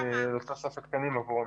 דרישה לתוספת תקנים עבור המפקחים.